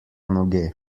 noge